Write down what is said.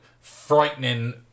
frightening